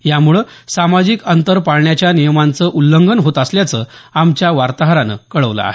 यामुळे सामाजिक अंतर पाळण्याच्या नियमांचं उल्लंघन होत असल्याचं आमच्या वार्ताहरानं कळवलं आहे